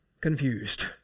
confused